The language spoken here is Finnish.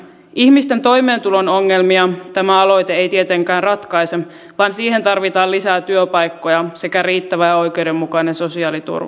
ihmisten toimeentulon ongelmia tämä aloite ei tietenkään ratkaise vaan siihen tarvitaan lisää työpaikkoja sekä riittävä ja oikeudenmukainen sosiaaliturva